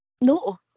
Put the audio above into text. no